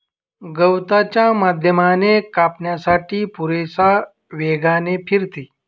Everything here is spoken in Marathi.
गवताच्या माध्यमाने कापण्यासाठी पुरेशा वेगाने फिरते